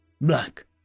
black